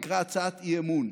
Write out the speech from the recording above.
זה נקרא הצעת אי-אמון.